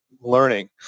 learning